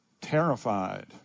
Terrified